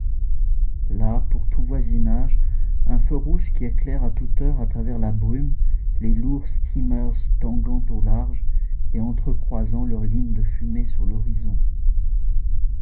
là pour tout voisinage un feu rouge qui éclaire à toute heure à travers la brume les lourds steamers tanguant au large et entrecroisant leurs lignes de fumée sur l'horizon